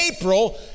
April